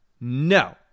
no